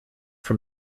from